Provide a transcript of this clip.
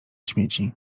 śmieci